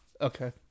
Okay